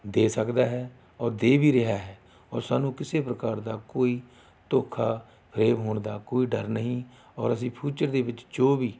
ਦੇ ਸਕਦਾ ਹੈ ਔਰ ਦੇ ਵੀ ਰਿਹਾ ਹੈ ਔਰ ਸਾਨੂੰ ਕਿਸੇ ਪ੍ਰਕਾਰ ਦਾ ਕੋਈ ਧੋਖਾ ਫ਼ਰੇਬ ਹੋਣ ਦਾ ਕੋਈ ਡਰ ਨਹੀਂ ਔਰ ਅਸੀਂ ਫਿਊਚਰ ਦੇ ਵਿੱਚ ਜੋ ਵੀ